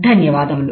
ధన్యవాదములు